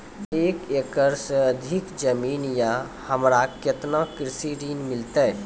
एक एकरऽ से अधिक जमीन या हमरा केतना कृषि ऋण मिलते?